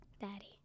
daddy